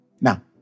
Now